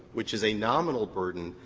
which is a nominal burden,